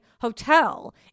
hotel